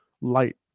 light